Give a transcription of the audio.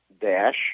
dash